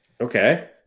Okay